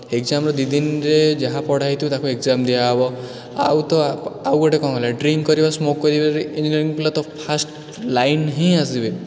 ଏଗଜାମ୍ର ଦୁଇ ଦିନରେ ଯାହା ପଢ଼ାହୋଇଥିବ ତାକୁ ଏଗଜାମ୍ ଦିଆ ହେବ ଆଉ ତ ଆଉ ଗୋଟେ କ'ଣ ହେଲା ଡ୍ରିଙ୍କ୍ କରିବେ ସ୍ମୋକ୍ କରିବାରେ ଇଞ୍ଜିନିୟରିଙ୍ଗ୍ ପିଲା ତ ଫାଷ୍ଟ୍ ଲାଇନ୍ରେ ହିଁ ଆସିଯିବେ